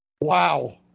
Wow